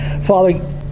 Father